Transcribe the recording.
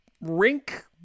rink